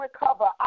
recover